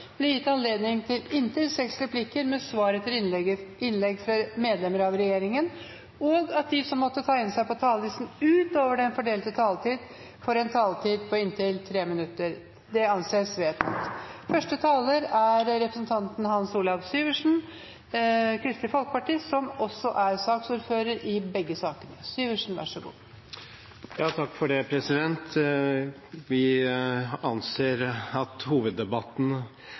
blir gitt anledning til inntil tre replikker med svar etter innlegg fra partienes hovedtalspersoner og inntil seks replikker med svar etter innlegg fra medlemmer av regjeringen. Videre foreslås det at de som måtte tegne seg på talerlisten utover den fordelte taletid, får en taletid på inntil 3 minutter. – Det anses vedtatt. Før presidenten gir ordet til Irene Johansen, som er saksordfører i sakene